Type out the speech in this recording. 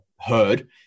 heard